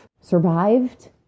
survived